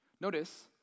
Notice